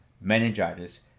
meningitis